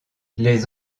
les